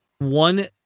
one